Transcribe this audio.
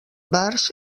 bars